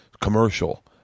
commercial